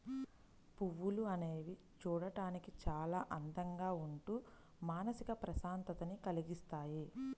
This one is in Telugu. పువ్వులు అనేవి చూడడానికి చాలా అందంగా ఉంటూ మానసిక ప్రశాంతతని కల్గిస్తాయి